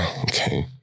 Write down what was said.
okay